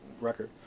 record